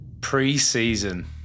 Pre-season